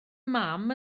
mam